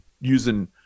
using